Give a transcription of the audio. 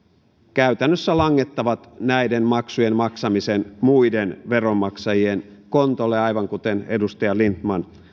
käytännössä langettavat näiden maksujen maksamisen muiden veronmaksajien kontolle aivan kuten edustaja lindtman